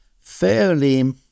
fairly